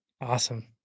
Awesome